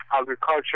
Agriculture